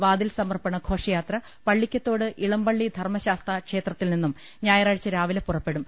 വാതിൽ സമർപ്പണ ഘോഷ യാത്ര പള്ളിക്കത്തോട് ഇളമ്പള്ളി ധർമ്മശാസ്താ ക്ഷേത്രത്തിൽ നിന്നും ഞായറാഴ്ച്ച രാവിലെ പുറപ്പെടും